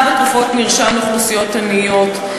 הנחה על תרופות מרשם לאוכלוסיות עניות.